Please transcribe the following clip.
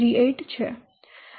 38 છે